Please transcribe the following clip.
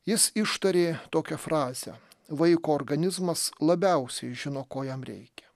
jis ištarė tokią frazę vaiko organizmas labiausiai žino ko jam reikia